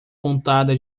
pontada